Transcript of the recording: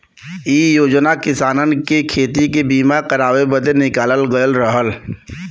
इ योजना किसानन के खेती के बीमा करावे बदे निकालल गयल रहल